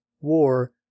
war